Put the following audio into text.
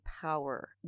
power